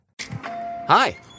Hi